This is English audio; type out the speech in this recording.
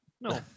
No